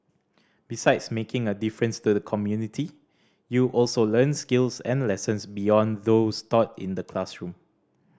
besides making a difference to the community you also learn skills and lessons beyond those taught in the classroom